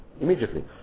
immediately